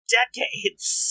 decades